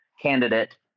candidate